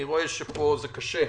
אני רואה שפה זה קשה.